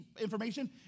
information